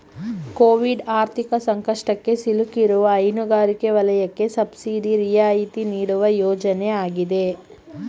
Covid ಆರ್ಥಿಕ ಸಂಕಷ್ಟಕ್ಕೆ ಸಿಲುಕಿರುವ ಹೈನುಗಾರಿಕೆ ವಲಯಕ್ಕೆ ಸಬ್ಸಿಡಿ ರಿಯಾಯಿತಿ ನೀಡುವ ಯೋಜನೆ ಆಗಿದೆ